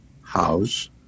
house